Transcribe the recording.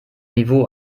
niveau